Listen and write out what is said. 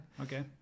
okay